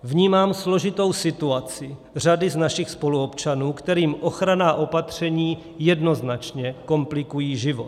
Vnímám složitou situaci řady našich spoluobčanů, kterým ochranná opatření jednoznačně komplikují život.